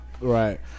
right